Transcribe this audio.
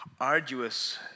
arduous